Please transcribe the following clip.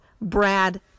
brad